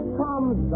comes